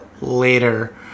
later